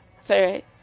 Sorry